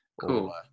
Cool